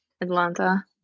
Atlanta